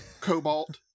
Cobalt